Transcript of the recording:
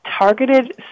Targeted